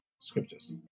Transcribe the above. Scriptures